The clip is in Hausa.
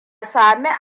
sami